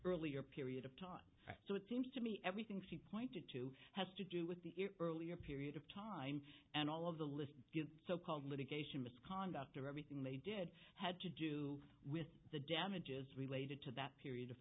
earlier period of time so it seems to me everything she pointed to has to do with the earlier period of time and all of the list so called litigation misconduct or everything they did had to do with the damages related to that period of